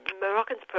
moroccans